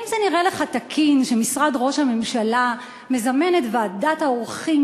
האם זה נראה לך תקין שמשרד ראש הממשלה מזמן את ועדת העורכים